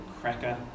cracker